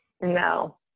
No